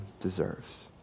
deserves